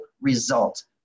result